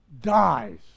dies